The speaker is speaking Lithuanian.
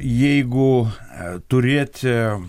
jeigu e turėti